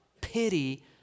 pity